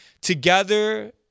Together